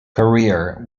career